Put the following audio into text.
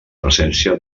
presència